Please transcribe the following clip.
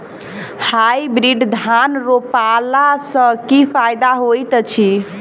Hybrid धान रोपला सँ की फायदा होइत अछि?